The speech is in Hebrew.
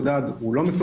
הוא לא נימק למה.